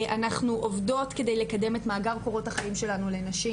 אנחנו עובדות כדי לקדם את מאגר קורות החיים שלנו לנשים